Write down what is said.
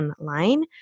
online